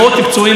אנשים,